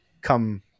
come